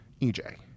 EJ